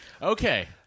Okay